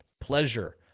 Pleasure